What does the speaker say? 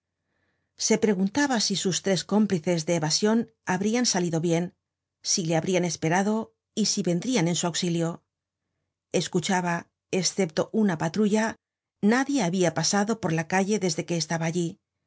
se preguntaba si sus tres cómplices de evasion habrian salido bien si le habrian esperado y si vendrian á su auxilio escuchaba escepto una patrulla nadie habia pasado por la calle desde que estaba allí